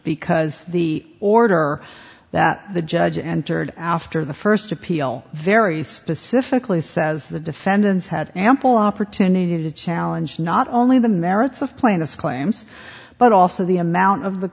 because the order that the judge entered after the first appeal very specifically says the defendants had ample opportunity to challenge not only the merits of plaintiff's claims but also the amount of the